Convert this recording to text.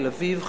תל-אביב,